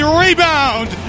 rebound